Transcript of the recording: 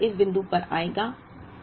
दूसरा ऑर्डर इस बिंदु पर आएगा